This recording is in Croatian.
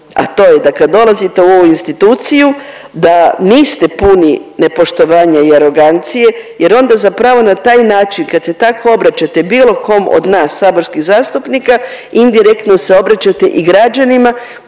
a to je da kad dolazite u ovu instituciju da niste puni nepoštovanja i arogancije jer onda zapravo na taj način kad se tako obraćate bilo kom od nas saborskih zastupnika indirektno se obraćate i građanima